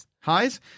Highs